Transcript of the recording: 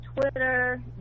Twitter